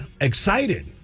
excited